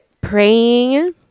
praying